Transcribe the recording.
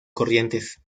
corrientes